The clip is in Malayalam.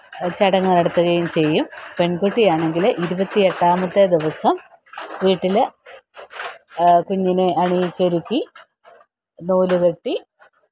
ചടങ്ങ് നടത്തുകയും ചെയ്യും പെണ്കുട്ടിയാണെങ്കിൽ ഇരുപത്തിയെട്ടാമത്തെ ദിവസം വീട്ടിൽ കുഞ്ഞിനെ അണിയിച്ചൊരുക്കി നൂലുകെട്ടി